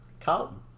Carlton